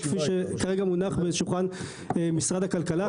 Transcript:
כפי שכרגע מונח בשולחן משרד הכלכלה.